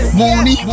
money